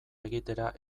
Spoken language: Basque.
egitera